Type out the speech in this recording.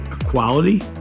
equality